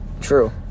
True